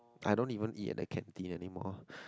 I don't even eat at the canteen anymore